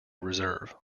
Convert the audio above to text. reserve